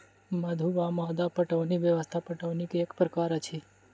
मद्दु वा मद्दा पटौनी व्यवस्था पटौनीक एक प्रकार अछि